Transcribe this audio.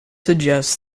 suggests